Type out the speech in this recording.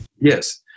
Yes